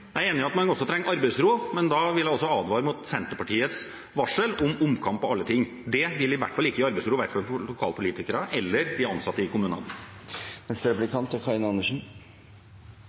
Jeg er enig i at man trenger arbeidsro, men da vil jeg advare mot Senterpartiets varsel om omkamp om alle ting. Det vil i hvert fall ikke gi arbeidsro, verken for lokalpolitikere eller for de ansatte i kommunene. SV er